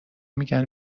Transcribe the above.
میگن